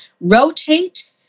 rotate